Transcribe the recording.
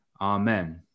amen